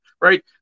right